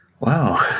Wow